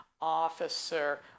officer